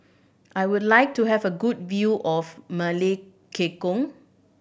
I would like to have a good view of Melekeok